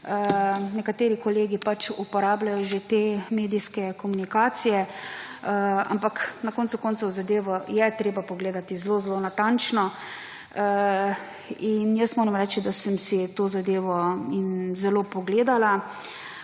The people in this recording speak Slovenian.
nekateri kolegi uporabljajo že te medijske komunikacije, ampak na koncu koncev zadevo je treba pogledati zelo natančno in moram reči, da sem si to zadevo zelo pogledala.